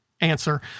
answer